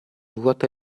ruota